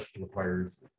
requires